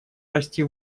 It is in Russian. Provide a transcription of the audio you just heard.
расти